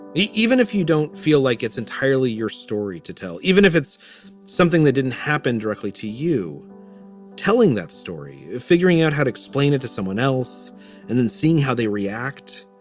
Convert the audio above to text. even if you don't feel like it's entirely your story to tell. even if it's something that didn't happen directly to you telling that story, figuring out how to explain it to someone else and then seeing how they react.